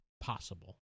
possible